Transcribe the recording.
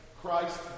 Christ